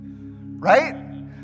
right